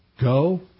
Go